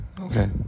Okay